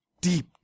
deep